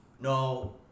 No